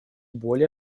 более